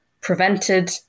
prevented